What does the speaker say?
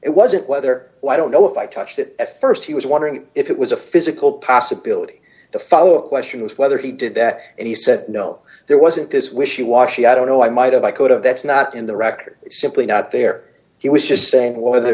it wasn't whether i don't know if i touched it at st he was wondering if it was a physical possibility the follow up question was whether he did that and he said no there wasn't this wishy washy i don't know i might have i could have that's not in the record it's simply not there he was just saying whether